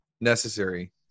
necessary